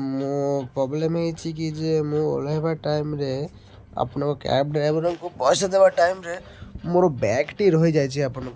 ମୁଁ ପ୍ରୋବ୍ଲେମ୍ ହୋଇଛି କି ଯେ ମୁଁ ଓହ୍ଲାଇବା ଟାଇମ୍ରେ ଆପଣଙ୍କ କ୍ୟାବ୍ ଡ୍ରାଇଭର୍ଙ୍କୁ ପଇସା ଦେବା ଟାଇମ୍ରେ ମୋର ବ୍ୟାଗ୍ଟି ରହିଯାଇଛି ଆପଣଙ୍କୁ